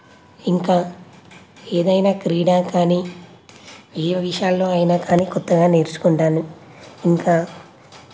ఇంకా ఏదైనా క్రీడా కానీ ఏ విషయాల్లో అయినా కానీ క్రొత్తగా నేర్చుకుంటాను ఇంకా